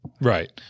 Right